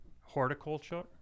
Horticulture